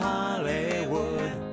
Hollywood